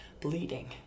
bleeding